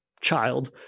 child